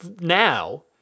now